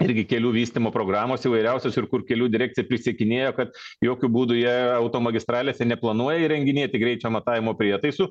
irgi kelių vystymo programos įvairiausios ir kur kelių direkcija prisiekinėjo kad jokiu būdu jie automagistralėse neplanuoja įrenginėti greičio matavimo prietaisų